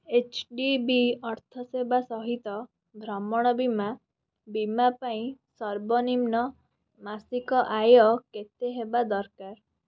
H D B ଅର୍ଥ ସେବା ସହିତ ଭ୍ରମଣ ବୀମା ବୀମା ପାଇଁ ସର୍ବନିମ୍ନ ମାସିକ ଆୟ କେତେ ହେବା ଦରକାର